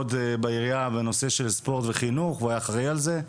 מאוד בעירייה בנושא ספורט וחינוך והוא היה אחראי על זה.